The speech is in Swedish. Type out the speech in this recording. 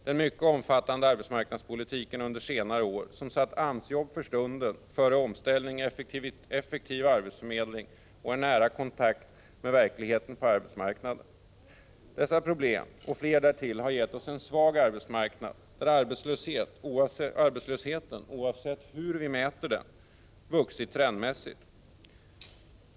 Den mycket omfattande arbetsmarknadspolitiken har satt AMS-jobb för stunden före omställning, effektiv arbetsförmedling och en nära kontakt med verkligheten på arbetsmarknaden. Dessa problem och flera därtill har gett oss en svag arbetsmarknad där arbetslösheten, oavsett hur vi mäter den, vuxit trendmässigt.